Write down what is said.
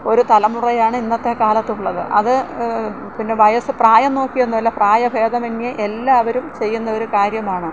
ഒരു തലമുറയാണ് ഇന്നത്തെ കാലത്തുള്ളത് അത് പിന്നെ വയസ്സ് പ്രായം നോക്കിയൊന്നും ഇല്ല പ്രായഭേദമന്യേ എല്ലാവരും ചെയ്യുന്ന ഒരു കാര്യമാണ്